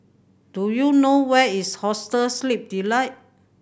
do you know where is Hostel Sleep Delight